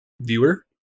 viewer